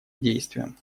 действиям